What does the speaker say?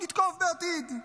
נתקוף בעתיד.